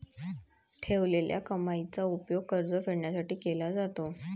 ठेवलेल्या कमाईचा उपयोग कर्ज फेडण्यासाठी केला जातो